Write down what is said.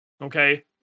Okay